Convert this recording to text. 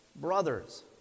brothers